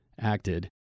acted